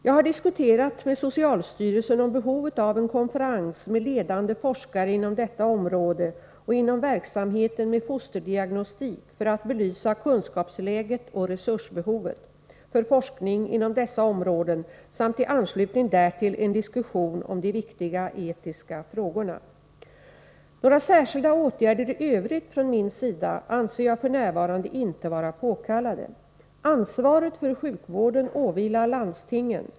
Jag har diskuterat med socialstyrelsen om behovet av en konferens med ledande forskare inom detta område och inom verksamheten med fosterdiagnostik för att belysa kunskapsläget och behovet av resurser för forskning inom dessa områden samt i anslutning därtill diskutera de viktiga etiska frågorna. Några särskilda åtgärder i övrigt från min sida anser jag f.n. inte vara påkallade. Ansvaret för sjukvården åvilar landstingen.